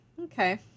okay